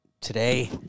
today